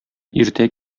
иртә